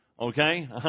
Okay